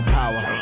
power